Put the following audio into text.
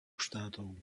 štátov